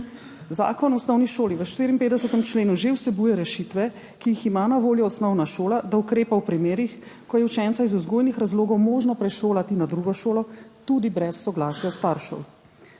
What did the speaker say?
Zakon o osnovni šoli v 54. členu že vsebuje rešitve, ki jih ima na voljo osnovna šola, da ukrepa v primerih, ko je učenca iz vzgojnih razlogov možno prešolati na drugo šolo, tudi brez soglasja staršev.